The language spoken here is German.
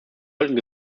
sollten